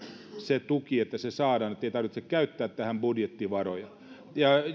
se tuki että se saadaan niin ettei tarvitse käyttää tähän budjettivaroja